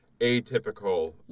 atypical